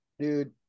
Dude